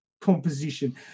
composition